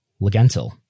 Legentil